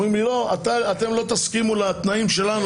אומרים לי: אתם לא תסכימו לתנאים שלנו,